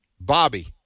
Bobby